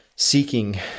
Seeking